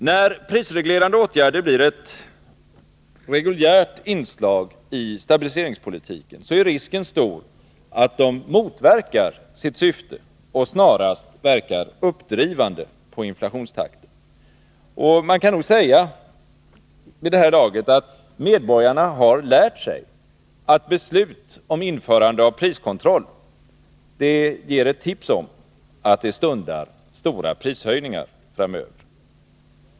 När prisreglerande åtgärder blir ett reguljärt inslag i stabiliseringspolitiken, är risken stor att de motverkar sitt syfte och snarast verkar uppdrivande på inflationstakten. Man kan nog säga att medborgarna vid det här laget har lärt sig att beslut om införande av priskontroll ger ett tips om att det framöver stundar stora prishöjningar.